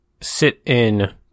sit-in